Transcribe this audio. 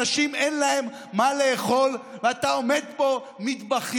לאנשים אין מה לאכול ואתה עומד פה מתבכיין,